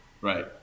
Right